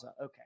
Okay